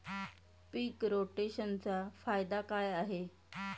पीक रोटेशनचा फायदा काय आहे?